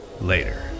Later